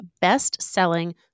best-selling